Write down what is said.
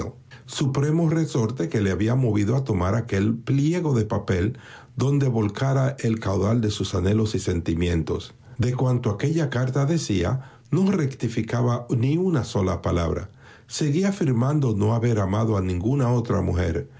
supremo resorte que le había movido a tomar aquel pliego de papel donde volcara el caudal de sus anhelos y sentimientosde cuanto aquella carta decía no rectificaba una sola palabra seguía afirmando no haber amado a ninguna otra mujer